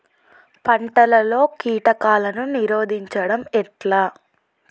పంటలలో కీటకాలను నిరోధించడం ఎట్లా?